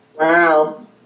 Wow